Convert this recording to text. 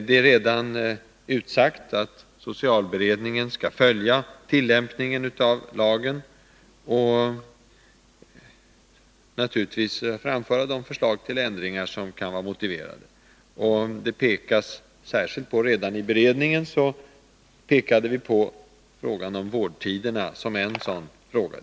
Det är redan utsagt att socialberedningen skall följa tillämpningen av lagen och naturligtvis framföra de förslag till ändringar som kan vara motiverade. Redan i beredningen pekade vi på vårdtiderna som en fråga där ändringar kan behöva göras.